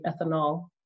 ethanol